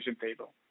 table